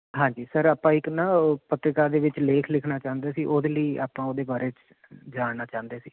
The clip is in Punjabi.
ਹਾਂਜੀ ਸਰ ਆਪਾਂ ਇੱਕ ਨਾ ਉਹ ਪਤਰਿਕਾ ਦੇ ਵਿੱਚ ਲੇਖ ਲਿਖਣਾ ਚਾਹੁੰਦੇ ਸੀ ਉਹਦੇ ਲਈ ਆਪਾਂ ਉਹਦੇ ਬਾਰੇ 'ਚ ਜਾਣਨਾ ਚਾਹੁੰਦੇ ਸੀ